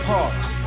Park's